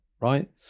right